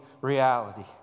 reality